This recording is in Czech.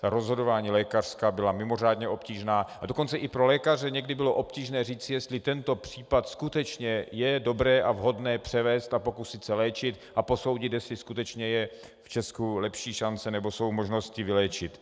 Lékařská rozhodování byla mimořádně obtížná, a dokonce i pro lékaře někdy bylo obtížné říci, jestli tento případ skutečně je dobré a vhodné převést a pokusit se léčit, a posoudit, jestli skutečně je v Česku lepší šance nebo jsou možnosti vyléčit.